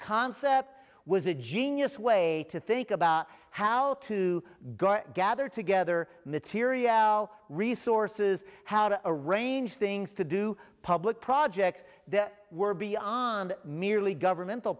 concept was a genius way to think about how to go gather together material resources how to arrange things to do public projects that were beyond merely governmental